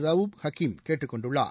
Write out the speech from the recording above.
ரவூப் ஹக்கீம் கேட்டுக் கொண்டார்